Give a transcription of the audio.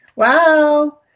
Wow